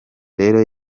rero